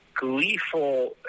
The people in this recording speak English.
gleeful